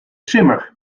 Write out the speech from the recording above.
simmer